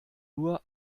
nur